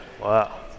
Wow